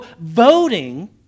voting